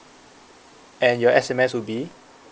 and your S_M_S will be